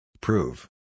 Prove